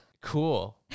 Cool